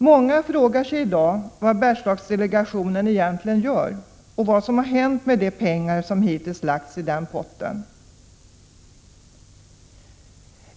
Många frågar sig i dag vad Bergslagsdelegationen egentligen gör och vad som har hänt med de pengar som hittills har lagts i den potten.